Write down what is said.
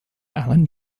allan